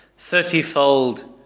Thirtyfold